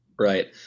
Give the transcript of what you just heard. Right